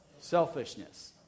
Selfishness